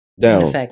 down